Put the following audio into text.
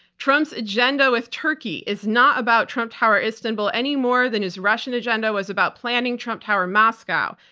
trump's agenda with turkey is not about trump tower istanbul any more than his russian agenda was about planning trump tower moscow.